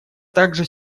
также